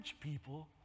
people